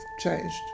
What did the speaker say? changed